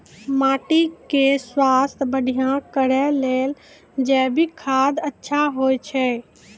माटी के स्वास्थ्य बढ़िया करै ले जैविक खाद अच्छा होय छै?